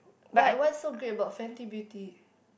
what what's so great about Fenty-Beauty